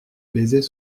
baisers